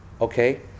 okay